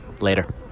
later